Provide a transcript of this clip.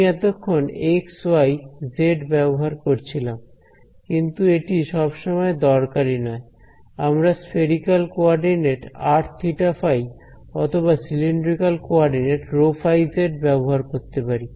আমি এতক্ষণ x y z ব্যবহার করছিলাম কিন্তু এটি সবসময় দরকারী নয় আমরা স্ফেরিক্যাল কোঅর্ডিনেট r θ φ অথবা সিলিন্ড্রিক্যাল কোঅর্ডিনেট ρ z φ ব্যবহার করতে পারি